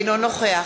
אינו נוכח